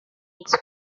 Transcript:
its